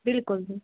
بِلکُل